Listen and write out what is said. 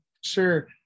Sure